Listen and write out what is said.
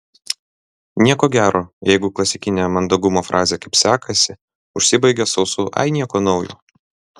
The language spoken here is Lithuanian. nieko gero jeigu klasikinė mandagumo frazė kaip sekasi užsibaigia sausu ai nieko naujo